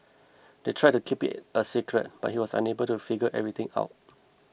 they tried to keep it a secret but he was able to figure everything out